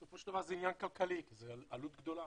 בסופו של דבר זה עניין כלכלי, זאת עלות גדולה.